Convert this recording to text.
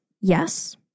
yes